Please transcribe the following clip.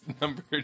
number